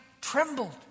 trembled